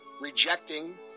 rejecting